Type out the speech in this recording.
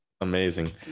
Amazing